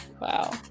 Wow